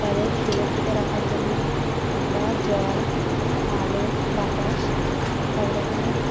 তাদের সুরক্ষিত রাখার জন্য আমরা জল আলো বাতাস সব রকমের